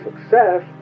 success